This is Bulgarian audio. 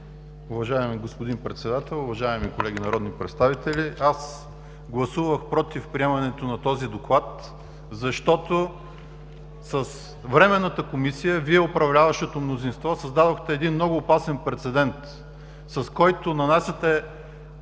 Уважаеми господин Председател, уважаеми колеги народни представители! Гласувах „против“ приемането на този Доклад, защото с Временната комисия Вие, управляващото мнозинство, създадохте много опасен прецедент, с който нанасяте